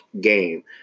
game